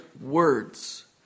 words